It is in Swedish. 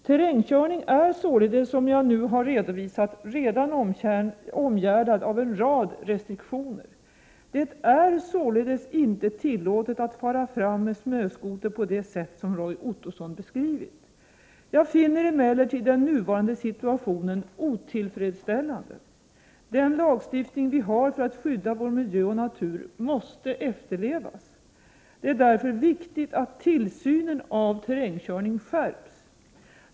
Terrängkörning är, som jag nu har redovisat, redan omgärdad av en rad restriktioner. Det är således inte tillåtet att fara fram med snöskoter på det sätt Roy Ottosson beskrivit. Jag finner emellertid den nuvarande situationen otillfredsställande. Den lagstiftning vi har för att skydda vår miljö och natur måste efterlevas. Det är därför viktigt att tillsynen av terrängkörningen skärps.